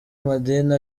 madini